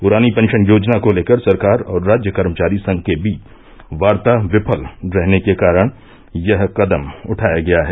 पुरानी पेंशन योजना को लेकर सरकार और राज्य कर्मचारी संघ के बीच वार्ता विफल रहने के कारण यह कदम उठाया गया है